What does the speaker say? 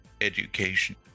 education